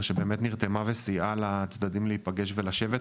שבאמת נרתמה וסייעה לצדדים להיפגש ולשבת,